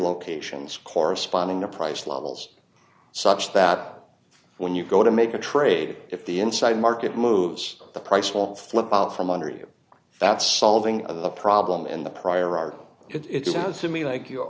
locations corresponding to price levels such that when you go to make a trade if the inside market moves the price will flip out from under you that's solving the problem in the prior art it sounds to me like you